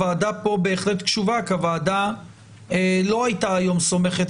הוועדה פה בהחלט קשובה כי הוועדה לא הייתה היום סומכת